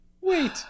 Wait